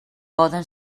poden